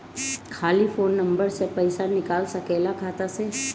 खाली phone number से पईसा निकल सकेला खाता से?